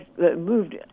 moved